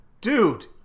Dude